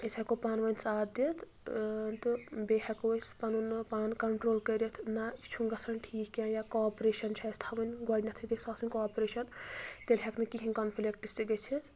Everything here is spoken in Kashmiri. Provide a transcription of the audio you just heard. أسۍ ہٮ۪کو پانہٕ ؤنۍ ساتھ دِتھ تہٕ بیٚیہِ ہٮ۪کو أسۍ پَنُن پان کَنٹرول کٔرِتھ نہ یہِ چُھ نہٕ گژھان ٹھیٖک کیٚنٛہہ یا کاپریشن چھےٚ اَسہِ تھاؤنۍ گۄڈٕنیٚتھٕے گژھِ آسٕنۍ کاپریشن تیٚلہِ ہٮ۪کہِ نہٕ کِہیٖںۍ کَنفِلِکٹس گٔژھِتھ